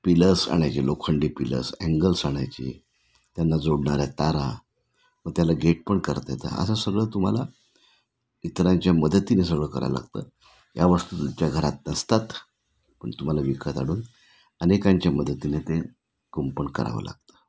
pillars आणायचे लोखंडी pillars angles आणायचे त्यांना जोडणाऱ्या तारा व त्याला गेट पण करता येतं असं सगळं तुम्हाला इतरांच्या मदतीने सगळं करायला लागतं या वस्तू तुमच्या घरात नसतात पण तुम्हाला विकत आणून अनेकांच्या मदतीने ते कुंपण करावं लागतं